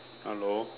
hello